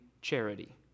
charity